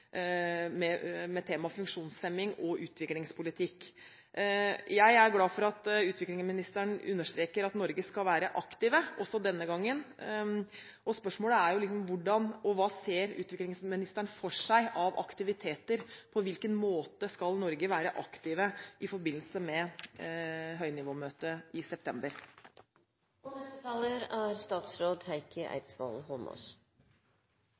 med temaet funksjonshemming og utviklingspolitikk. Jeg er glad for at utviklingsministeren understreker at Norge skal være aktiv, også denne gangen. Spørsmålet er hva utviklingsministeren ser for seg av aktiviteter – på hvilken måte skal Norge være aktiv i forbindelse med høynivåmøtet i september? Noe av det som er